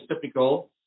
typical